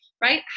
Right